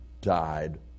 died